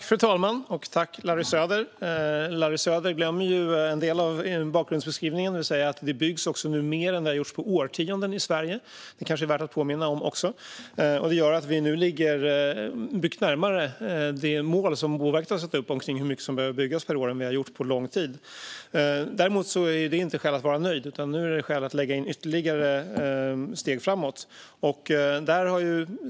Fru talman! Larry Söder glömmer en del av bakgrundsbeskrivningen. Det byggs nu mer än det har gjorts på årtionden i Sverige. Det kanske är värt att påminna om. Det gör att vi nu ligger närmare det mål som Boverket har satt upp om hur mycket som behöver byggas per år än vad vi har gjort på lång tid. Däremot är inte det skäl att vara nöjd. Nu finns skäl att ta ytterligare steg framåt.